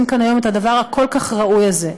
כאן היום את הדבר הכל-כך ראוי הזה,